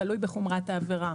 זה תלוי בחומרת העבירה.